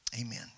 amen